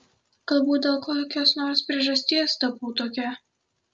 galbūt dėl kokios nors priežasties tapau tokia